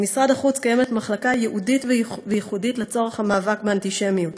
במשרד החוץ קיימת מחלקה ייעודית וייחודית למאבק באנטישמיות.